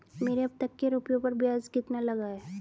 मेरे अब तक के रुपयों पर ब्याज कितना लगा है?